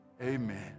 amen